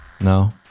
No